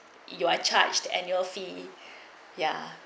you are charged and your fee ya